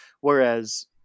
whereas